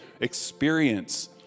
experience